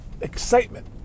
excitement